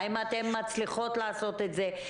האם אתן מצליחות לעשות את זה?